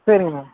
சரிங்க மேம்